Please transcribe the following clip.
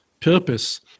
purpose